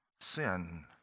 Sin